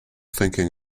thinking